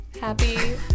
Happy